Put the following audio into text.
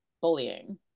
Bullying